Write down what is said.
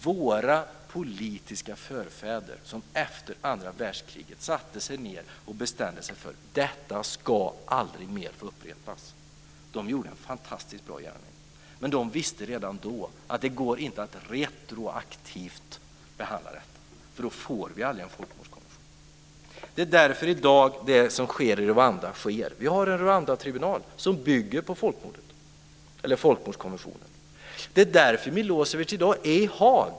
Våra politiska förfäder som efter andra världskriget satte sig ned och bestämde sig för att detta aldrig mer ska få upprepas gjorde en fantastiskt bra gärning. Men de visste redan då att det inte går att behandla detta retroaktivt, för då får vi aldrig en folkmordskonvention. Det är därför som det som sker i Rwanda sker i dag. Vi har en Rwandatribunal som bygger på folkmordskonventionen. Det är är också därför som Milosevic i dag är i Haag.